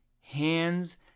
hands